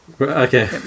Okay